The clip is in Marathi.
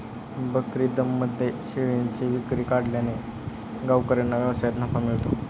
बकरीदमध्ये शेळ्यांची विक्री वाढल्याने गावकऱ्यांना व्यवसायात नफा मिळतो